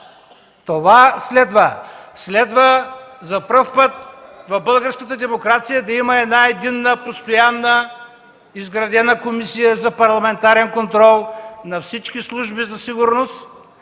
следва. Следва за първи път в българската демокрация да има единна, постоянно изградена комисия за парламентарен контрол на всички служби за сигурност,